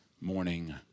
morning